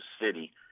city